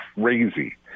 crazy